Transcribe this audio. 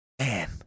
Man